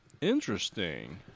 Interesting